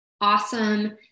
awesome